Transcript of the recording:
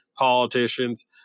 politicians